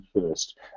first